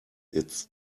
its